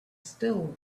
still